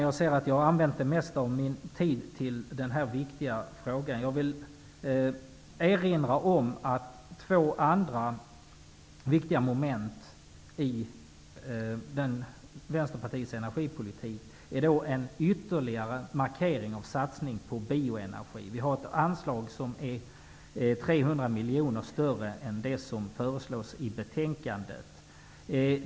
Jag ser att jag har använt det mesta av min tid till denna viktiga fråga. Jag vill erinra om två andra viktiga moment i Vänsterpartiets energipolitik. Det ena är en ytterligare markering av och satsning på bioenergi. Vi föreslår ett anslag som är 300 miljoner kronor större än det som föreslås i betänkandet.